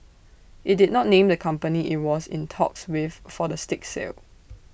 IT did not name the company IT was in talks with for the stake sale